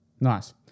Nice